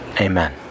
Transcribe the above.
Amen